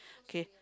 okay